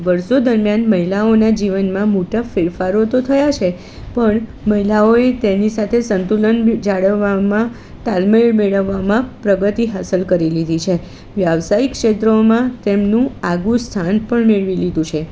વર્ષો દરમિયાન મહિલાઓના જીવનમાં મોટા ફેરફારો તો થયા છે પણ મહિલાઓએ તેની સાથે સંતુલન જાળવવામાં તાલમેલ મેળવવામાં પ્રગતિ હાંસલ કરી લીધી છે વ્યવસાહિક ક્ષેત્રોમાં તેમનું આગવું સ્થાન પણ મેળવી લીધું છે